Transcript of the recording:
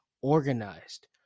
organized